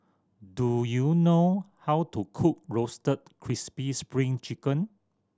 do you know how to cook Roasted Crispy Spring Chicken